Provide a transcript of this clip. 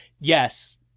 yes